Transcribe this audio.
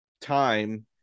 time